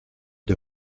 des